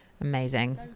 Amazing